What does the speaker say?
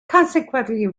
consequently